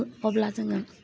अब्ला जोङो